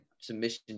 submission